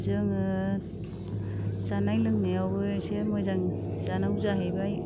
जोङो जानाय लोंनायावबो एसे मोजां जानांगौ जाहैबाय